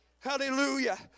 Hallelujah